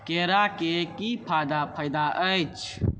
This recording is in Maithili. केरा के की फायदा अछि